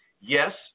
Yes